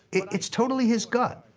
it's totally his gut.